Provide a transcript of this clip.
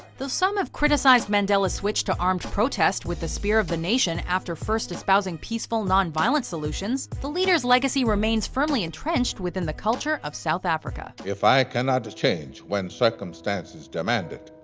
the sum of criticise mandela's switch to armed protest with the spear of the nation after first spousing peaceful non-violent solutions, the leader's legacy remains firmly entrenched within the culture of south africa. if i cannot have changed when circumstances demanded,